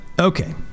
okay